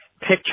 picture